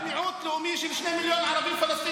של מיעוט לאומי של שני מיליון ערבים פלסטינים.